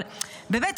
אבל באמת,